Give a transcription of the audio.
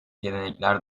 gelenekler